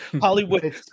hollywood